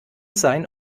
sein